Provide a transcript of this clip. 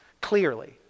clearly